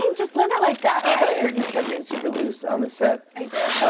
and just live it like that, right? i heard you kept things super loose on the set. i did.